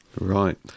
Right